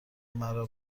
مرا